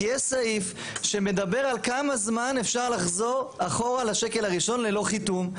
כי יש סעיף שמדבר על כמה זמן אפשר לחזור אחורה לשקל הראשון ללא חיתום.